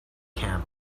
camp